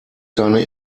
seine